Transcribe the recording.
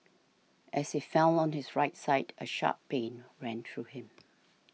as he fell on his right side a sharp pain ran through him